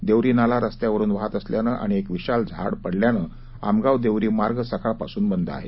देवरी नाला रस्त्यावरून वाहात असल्याने आणि एक विशाल झाड पडल्याने आमगांव देवरी मार्ग सकाळ पासून बंद आहे